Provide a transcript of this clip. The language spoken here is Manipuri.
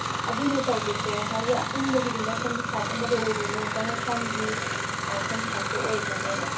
ꯑꯗꯨꯅꯦ ꯇꯧꯗꯣꯏꯁꯦ ꯉꯁꯥꯏꯒꯤ ꯑꯄꯨꯟꯕꯒꯤꯗꯨꯅ ꯁꯣꯝꯗ ꯁꯥꯏꯠ ꯑꯃꯗ ꯑꯣꯏꯗꯣꯏꯅꯦꯕ ꯆꯪꯉꯛꯐꯝꯒꯤ ꯁꯣꯝ ꯁꯥꯏꯠꯇ ꯑꯣꯏꯒ꯭ꯔꯅꯦꯕ